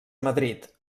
madrid